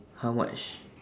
how much